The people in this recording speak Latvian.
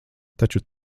taču